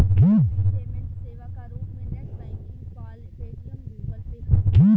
online payment सेवा क रूप में net banking PayPal, Paytm, Google Pay हउवे